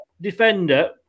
defender